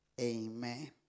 Amen